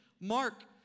Mark